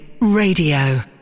radio